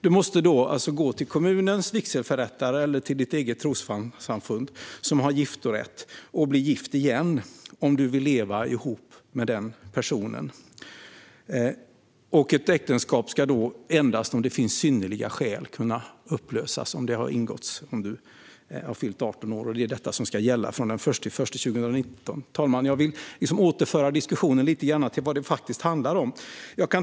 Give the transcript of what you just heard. Du måste då gå till kommunens vigselförrättare eller till ditt eget trossamfund som har giftorätt och bli gift igen om du vill leva ihop med den personen. Ett äktenskap ska endast om det finns synnerliga skäl inte kunna upplösas om det har ingåtts tidigare men prövas när du har fyllt 18 år. Det är detta som ska gälla från den 1 januari 2019. Fru talman! Jag vill återföra diskussionen lite grann till vad det handlar om.